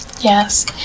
Yes